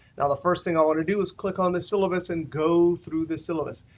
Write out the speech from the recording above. now the first thing i want to do is click on the syllabus and go through the syllabus.